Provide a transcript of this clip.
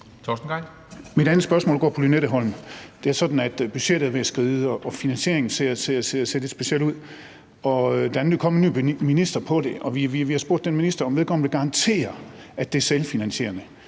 Mit andet spørgsmål går på Lynetteholmen. Det er sådan, at budgettet er ved at skride, og finansieringen ser lidt speciel ud. Der er nu kommet en ny minister på området, og vi har spurgt den minister, om vedkommende vil garantere, at det er selvfinansierende,